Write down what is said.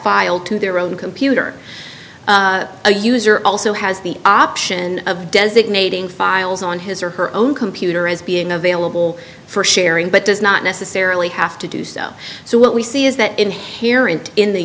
file to their own computer a user also has the option of designating files on his or her own computer as being available for sharing but does not necessarily have to do so so what we see is that inherent in the